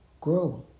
Grow